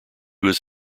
was